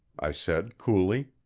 i said coolly.